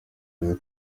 ngeze